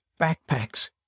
backpacks